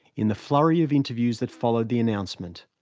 in the flurry of interviews that followed the announcement,